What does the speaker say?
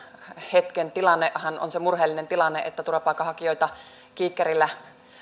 hetken tilannehan on se murheellinen tilanne että turvapaikanhakijoita kiikkerillä